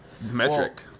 metric